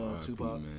Tupac